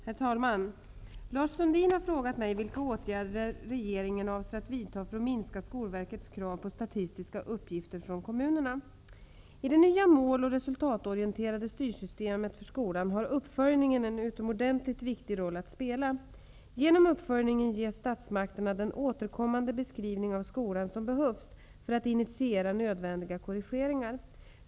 Herr talman! Lars Sundin har frågat mig vilka åtgärder regeringen avser att vidta för att minska I det nya mål och resultatorienterade styrsystemet för skolan har uppföljningen en utomordentligt viktig roll att spela. Genom uppföljningen ges statsmakterna den återkommande beskrivning av skolan som behövs för att initiera nödvändiga korrigeringar.